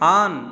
on